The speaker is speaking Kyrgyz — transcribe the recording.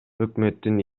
өкмөттүн